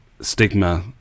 stigma